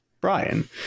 Brian